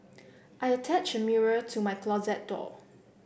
I attached a mirror to my closet door